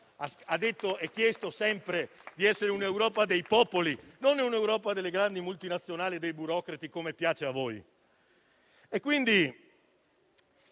Ha chiesto sempre di essere un'Europa dei popoli, non delle grandi multinazionali e dei burocrati, come piace a voi.